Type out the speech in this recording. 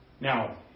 Now